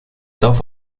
darf